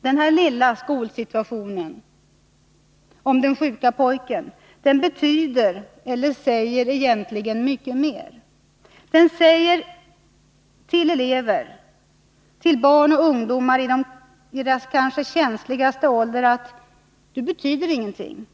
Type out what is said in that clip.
Den här lilla skolsituationen om den sjuke pojken betyder eller säger egentligen mycket mer. Den säger till elever, till barn och ungdomar i deras kanske känsligaste ålder: Du betyder ingenting.